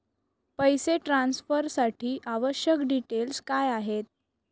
पैसे ट्रान्सफरसाठी आवश्यक डिटेल्स काय आहेत?